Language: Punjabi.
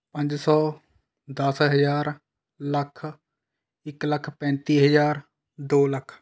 ਪੰਜ ਸੌ ਦਸ ਹਜ਼ਾਰ ਲੱਖ ਇੱਕ ਲੱਖ ਪੈਂਤੀ ਹਜ਼ਾਰ ਦੋ ਲੱਖ